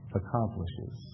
accomplishes